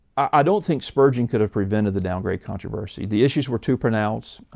i don't think spurgeon could have prevented the downgrade controversy. the issues were to pronounced,